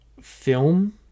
Film